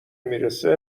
میرسه